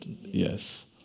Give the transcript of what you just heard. yes